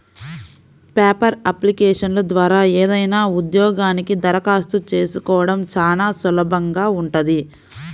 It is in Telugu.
పేపర్ అప్లికేషన్ల ద్వారా ఏదైనా ఉద్యోగానికి దరఖాస్తు చేసుకోడం చానా సులభంగా ఉంటది